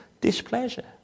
displeasure